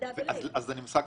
אם אתם משקיעים